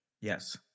Yes